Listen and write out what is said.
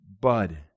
bud